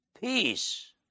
peace